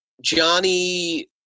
Johnny